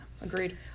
Agreed